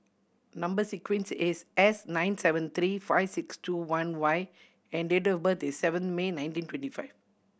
number sequence is S nine seven three five six two one Y and date of birth is seven May nineteen twenty five